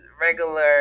regular